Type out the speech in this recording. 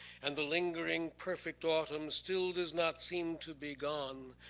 and the lingering perfect autumn still does not seem to be gone.